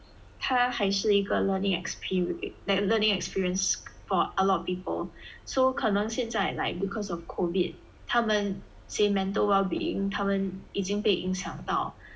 他还是一个 learning exper~ like learning experience for a lot of people so 可能现在 like because of COVID 他们 say mental well-being 他们已经被影响到